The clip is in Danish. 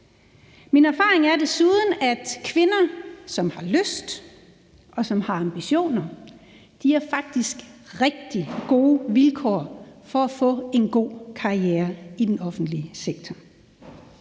Min erfaring er desuden, at kvinder, som har lyst, som har ambitioner, faktisk har rigtig gode vilkår for at få en god karriere i den offentlige sektor.